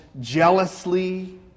jealously